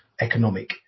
economic